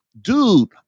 dude